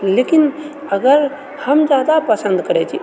लेकिन अगर हम जादा पसन्द करैत छी